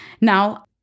Now